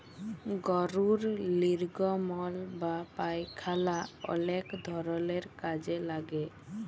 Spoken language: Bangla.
গরুর লির্গমল বা পায়খালা অলেক ধরলের কাজে লাগে